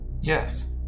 Yes